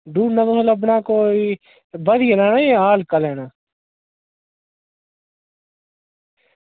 डूना तुसेंगी लब्भना कोई बधिया लैना जां हल्का लैना